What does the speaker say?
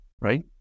right